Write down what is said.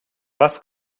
was